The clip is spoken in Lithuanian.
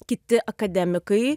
kiti akademikai